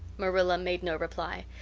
marilla made no reply,